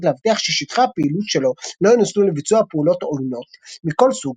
להבטיח ששטחי הפעילות שלו לא ינוצלו לביצוע פעולות עוינות מכל סוג,